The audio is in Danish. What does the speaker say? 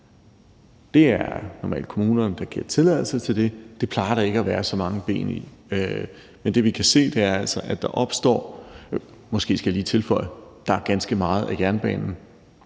Det er normalt kommunerne, der giver tilladelse til det. Det plejer der ikke at være så mange ben i. Måske skal jeg lige tilføje, at der er ganske meget af jernbanen,